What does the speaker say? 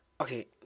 okay